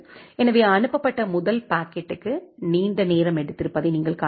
எனவே அனுப்பப்பட்ட முதல் பாக்கெட்டுக்கு நீண்ட நேரம் எடுத்து இருப்பதை நீங்கள் காணலாம்